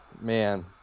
Man